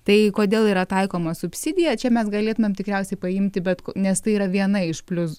tai kodėl yra taikoma subsidija čia mes galėtumėm tikriausiai paimti bet nes tai yra viena iš plius